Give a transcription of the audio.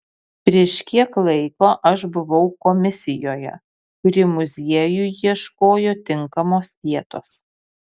prieš kiek laiko aš buvau komisijoje kuri muziejui ieškojo tinkamos vietos